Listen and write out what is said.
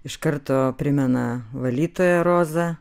iš karto primena valytoją rozą